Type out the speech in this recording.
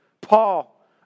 Paul